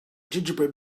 gingerbread